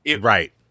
Right